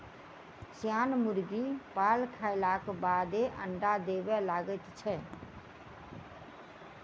सियान मुर्गी पाल खयलाक बादे अंडा देबय लगैत छै